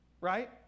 right